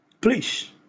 Please